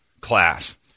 class